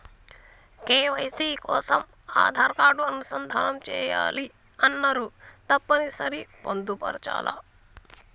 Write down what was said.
KYC కోసం Aadhaar card అనుసంధానం చేయాలని అన్నరు తప్పని సరి పొందుపరచాలా?